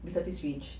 because he's rich